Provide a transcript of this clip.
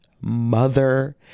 mother